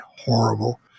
horrible